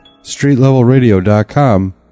StreetLevelRadio.com